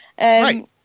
Right